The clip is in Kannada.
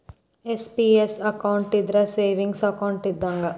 ಎನ್.ಪಿ.ಎಸ್ ಅಕೌಂಟ್ ಇದ್ರ ಸೇವಿಂಗ್ಸ್ ಅಕೌಂಟ್ ಇದ್ದಂಗ